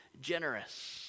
generous